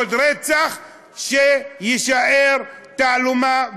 עוד רצח שיישאר תעלומה,